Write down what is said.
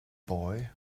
boy